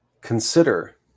consider